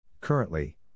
Currently